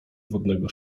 wodnego